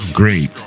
great